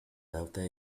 after